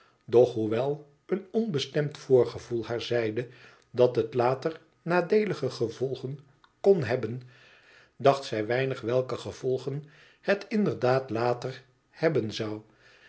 doch hoewel een onbestemd voorgevoel haar zeide dat het later nadeelige gevolgen kon hebben dacht zij weinig welke gevolgen het inderdaad later hebben zou